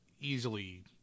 easily